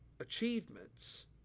achievements